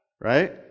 Right